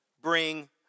bring